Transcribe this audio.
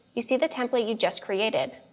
you see the template you just created.